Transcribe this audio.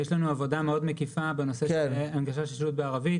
יש לנו עבודה מאוד מקיפה בנושא של הנגשת שילוט בערבית,